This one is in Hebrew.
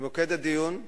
במוקד הדיון,